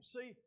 See